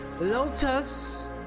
Lotus